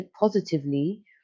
positively